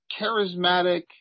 charismatic